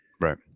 Right